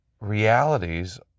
realities